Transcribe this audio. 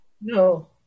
No